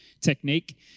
technique